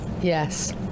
Yes